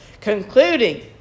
concluding